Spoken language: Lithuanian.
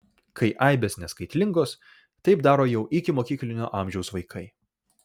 kai aibės neskaitlingos taip daro jau ikimokyklinio amžiaus vaikai